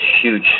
huge